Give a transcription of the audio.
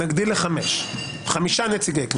נגדיל לחמישה נציגים כנסת,